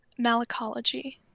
Malacology